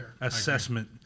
assessment